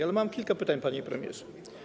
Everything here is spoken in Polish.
Ale mam kilka pytań, panie premierze.